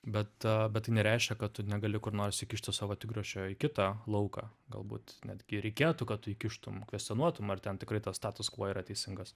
bet bet tai nereiškia kad tu negali kur nors įkišti savo trigrašio į kitą lauką galbūt netgi reikėtų kad tu įkištum kvestionuotum ar ten tikrai tas status kvuo yra teisingas